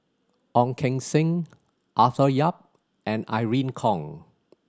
Ong Keng Sen Arthur Yap and Irene Khong